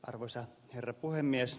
arvoisa herra puhemies